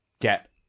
get